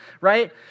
right